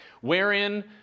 wherein